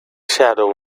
shadow